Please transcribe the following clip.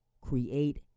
create